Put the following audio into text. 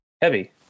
Heavy